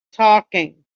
talking